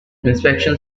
inspection